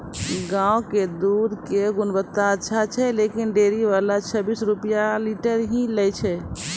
गांव के दूध के गुणवत्ता अच्छा छै लेकिन डेयरी वाला छब्बीस रुपिया लीटर ही लेय छै?